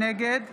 נגד